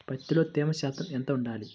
పత్తిలో తేమ శాతం ఎంత ఉండాలి?